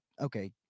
okay